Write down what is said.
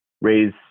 raise